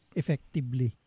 effectively